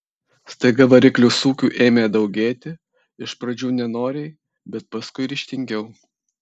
staiga variklių sūkių ėmė daugėti iš pradžių nenoriai bet paskui ryžtingiau